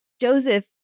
Joseph